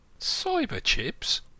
Cyberchips